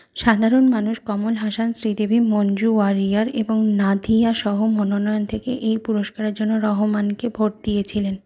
সাধারণ মানুষ কমল হাসান শ্রীদেবী মঞ্জু ওয়ারিয়র এবং নাদিয়া সহ মনোনয়ন থেকে এই পুরস্কারের জন্য রহমানকে ভোট দিয়েছিলেন